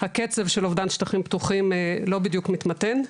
שהקצב של אובדן שטחים פתוחים לא בדיוק מתמתן,